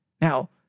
Now